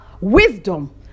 wisdom